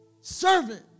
Servant